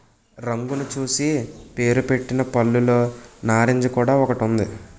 రంగును చూసి పేరుపెట్టిన పళ్ళులో నారింజ కూడా ఒకటి ఉంది